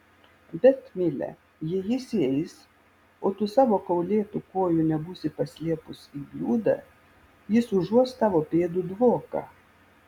bet mile jei jis įeis o tu savo kaulėtų kojų nebūsi paslėpus į bliūdą jis užuos tavo pėdų dvoką